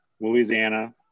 Louisiana